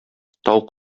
тау